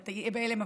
אתה תהיה בהלם,